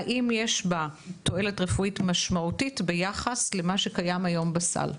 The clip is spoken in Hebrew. האם יש בה תועלת רפואית משמעותית ביחס למה שקיים היום בסל,